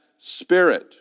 Spirit